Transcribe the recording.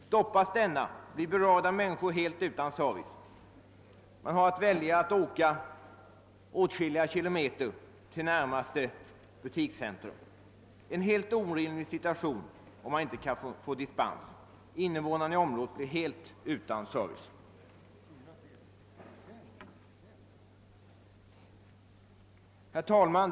Stoppas denna, blir berörda människor helt utan service, såvida de inte väljer att åka åtskilliga kilometer för att komma till närmaste butikscentrum; en helt orimlig situation, om man inte kan få dispens. Invånarna i området blir helt utan service. Herr talman!